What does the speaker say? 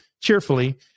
cheerfully